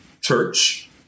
church